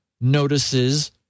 notices